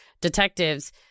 detectives